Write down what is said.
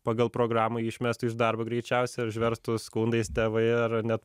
pagal programą jį išmestų iš darbo greičiausiai užverstų skundais tėvai ar net